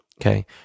Okay